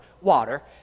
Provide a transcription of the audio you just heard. water